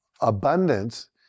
abundance